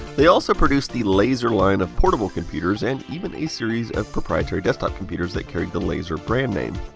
they also produced the laser line of portable computers, and even a series of proprietary desktop computers that carried the laser brand name.